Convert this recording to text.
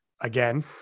again